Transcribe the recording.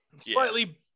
Slightly